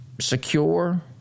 secure